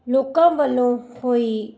ਲੋਕਾਂ ਵੱਲੋਂ ਹੋਈ